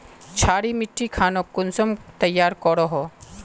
क्षारी मिट्टी खानोक कुंसम तैयार करोहो?